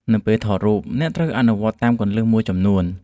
នៅពេលថតរូប អ្នកត្រូវអនុវត្តតាមគន្លឹះមួយចំនួន។